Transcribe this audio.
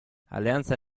alleanza